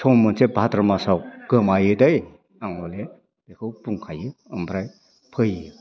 सम मोनसे भाद्र' मासाव गोमायो दै आं हले बेखौ बुंखायो ओमफ्राय फैयो